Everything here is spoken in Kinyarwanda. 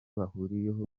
bahuriyeho